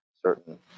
certain